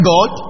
God